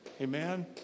amen